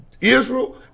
Israel